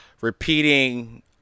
repeating